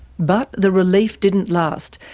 but the relief didn't last,